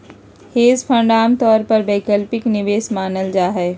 hedge fund आमतौर पर वैकल्पिक निवेश मानल जा हय